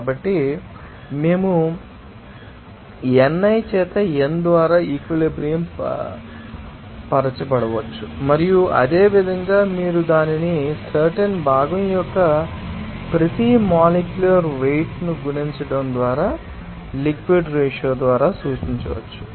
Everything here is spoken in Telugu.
కాబట్టి మేము ni చేత n ద్వారా ఈక్విలిబ్రియం పరచబడవచ్చు మరియు అదేవిధంగా మీరు దానిని సర్టెన్ భాగం యొక్క ప్రతి మొలేక్యూలర్ వెయిట్ ను గుణించడం ద్వారా లిక్విడ్ రేషియో ద్వారా సూచించవచ్చు